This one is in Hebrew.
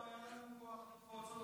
מאיפה היה לנו את הכוח לקפוץ על